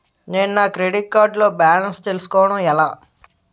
నేను నా credit card లో బాలన్స్ తెలుసుకోవడం ఎలా?